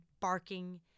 barking